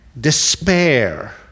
despair